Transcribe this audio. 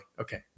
Okay